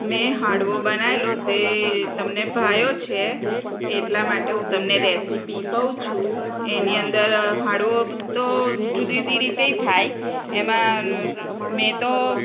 મે હાંડવો બનાવેલો તે તમને ભાવ્યો છે એટલા માટે હું તમને રેસીપી કહું છું એની અંદર હાંડવો તો જુદી જુદી રીતે ય થાય એમાં મેં તો